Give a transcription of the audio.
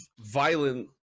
violent